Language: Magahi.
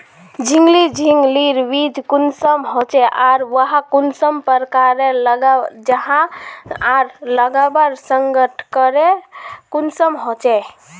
झिंगली झिंग लिर बीज कुंसम होचे आर वाहक कुंसम प्रकारेर लगा जाहा आर लगवार संगकर कुंसम होचे?